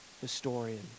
historian